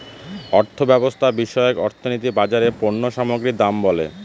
অর্থব্যবস্থা বিষয়ক অর্থনীতি বাজারে পণ্য সামগ্রীর দাম বলে